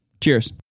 Cheers